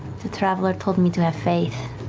the traveler told me to have faith.